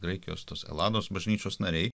graikijos tos elados bažnyčios nariai